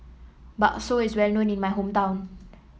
bakso is well known in my hometown